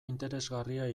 interesgarria